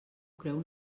creu